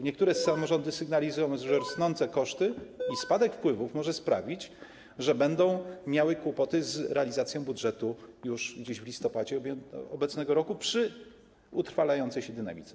Niektóre samorządy sygnalizują, że rosnące koszty i spadek wpływów mogą sprawić, że będą miały kłopoty z realizacją budżetu już w listopadzie obecnego roku, przy utrwalającej się dynamice.